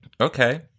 okay